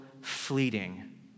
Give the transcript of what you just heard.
fleeting